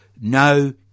no